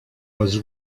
was